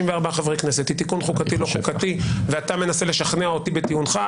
חברי כנסת היא תיקון חוקתי לא חוקתי ואתה מנסה לשכנע אותי בטיעונך,